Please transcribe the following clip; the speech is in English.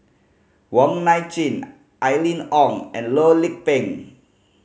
Wong Nai Chin Aline Wong and Loh Lik Peng